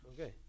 Okay